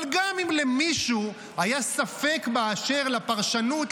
אבל גם אם למישהו היה ספק באשר לפרשנות,